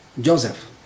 Joseph